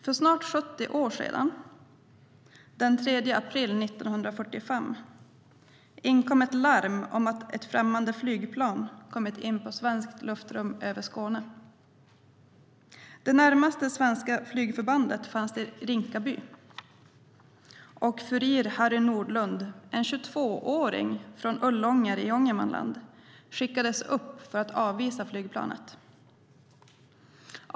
För snart 70 år sedan, den 3 april 1945, inkom ett larm om att ett främmande flygplan kommit in på svenskt luftrum över Skåne. Det närmaste svenska flygförbandet fanns i Rinkaby, och furir Harry Nordlund, en 22-åring från Ullånger i Ångermanland, skickades upp för att avvisa flygplanet.